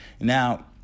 Now